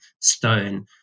stone